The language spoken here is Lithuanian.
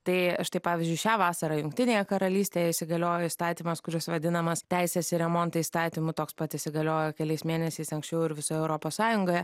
tai štai pavyzdžiui šią vasarą jungtinėje karalystėje įsigaliojo įstatymas kuris vadinamas teisės į remontą įstatymu toks pat įsigaliojo keliais mėnesiais anksčiau ir visoje europos sąjungoje